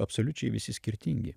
absoliučiai visi skirtingi